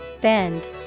Bend